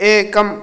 एकम्